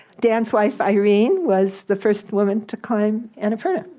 dan's wife irene was the first woman to climb and annapurna.